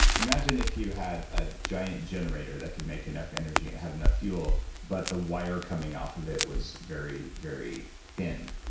imagine if you had a giant generator that could make enough energy and had enough fuel but the wire coming off of it was very, very thin.